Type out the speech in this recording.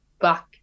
back